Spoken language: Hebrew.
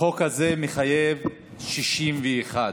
החוק הזה מחייב 61,